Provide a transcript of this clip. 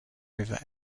river